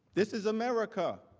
this is america.